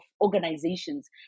organizations